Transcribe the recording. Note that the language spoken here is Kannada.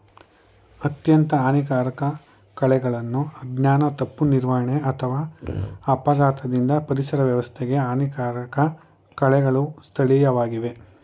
ಅತ್ಯಂತ ಹಾನಿಕಾರಕ ಕಳೆಗಳನ್ನು ಅಜ್ಞಾನ ತಪ್ಪು ನಿರ್ವಹಣೆ ಅಥವಾ ಅಪಘಾತದಿಂದ ಪರಿಸರ ವ್ಯವಸ್ಥೆಗೆ ಹಾನಿಕಾರಕ ಕಳೆಗಳು ಸ್ಥಳೀಯವಾಗಿವೆ